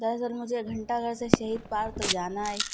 دراصل مجھے گھنٹہ گھر سے شہید پارک تک جانا ہے